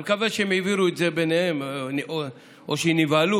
אני מקווה שהם העבירו את זה ביניהם, או שנבהלו.